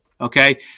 Okay